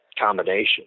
combination